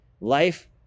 life